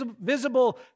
visible